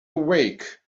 awake